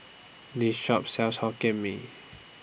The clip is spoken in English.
This Shop sells Hokkien Mee